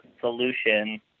solution